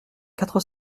quatre